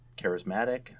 charismatic